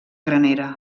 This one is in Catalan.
granera